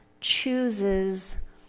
chooses